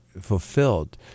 fulfilled